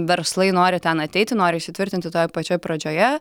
verslai nori ten ateiti nori įsitvirtinti toje pačioje pradžioje